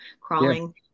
crawling